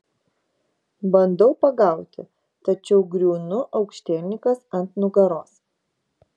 bandau pagauti tačiau griūnu aukštielninkas ant nugaros